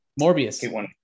Morbius